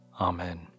Amen